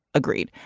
agreed.